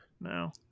No